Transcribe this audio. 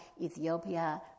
Ethiopia